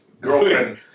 girlfriend